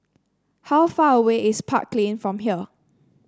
how far away is Park Lane from here